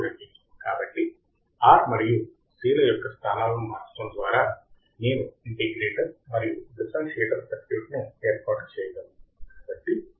చూడండి కాబట్టి R మరియు C ల యొక్క స్థానాలను మార్చడం ద్వారా నేను ఇంటిగ్రేటర్ మరియు డిఫరెన్సియేటర్ సర్క్యూట్ను ఏర్పాటు చేయగలను